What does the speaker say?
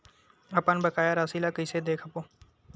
अपन बकाया राशि ला कइसे देखबो?